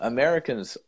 Americans